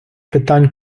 питань